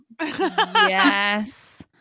Yes